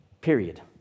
Period